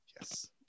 Yes